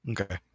Okay